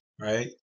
Right